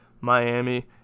Miami